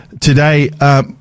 today